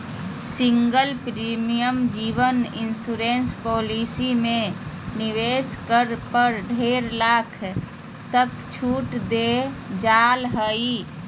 single premium जीवन insurance policy में निवेश करे पर डेढ़ लाख तक के छूट देल जा हइ